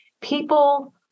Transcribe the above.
people